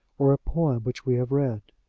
or a poem which we have read.